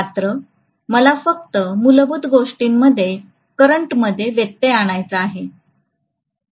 मात्र मला फक्त मूलभूत गोष्टींमध्ये करंटमध्ये व्यत्यय आणायचा आहे